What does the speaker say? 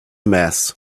mass